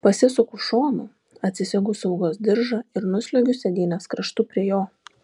pasisuku šonu atsisegu saugos diržą ir nusliuogiu sėdynės kraštu prie jo